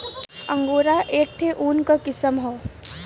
angora एक ठे ऊन क किसम हौ